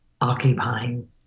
occupying